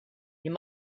you